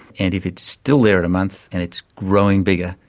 and if it's still there in a month and it's growing bigger,